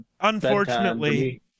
unfortunately